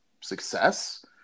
success